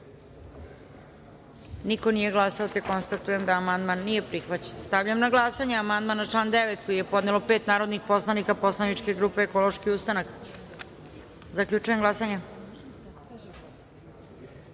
glasanje: za - niko. Konstatujem da amandman nije prihvaćen. Stavljam na glasanje amandman na član 37. koji je podnelo pet narodnih poslanika poslaničke grupe Ekološki ustanak. Zaključujem glasanje: